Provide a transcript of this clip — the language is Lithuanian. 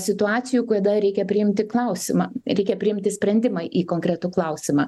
situacijų kada reikia priimti klausimą reikia priimti sprendimą į konkretų klausimą